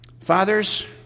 Fathers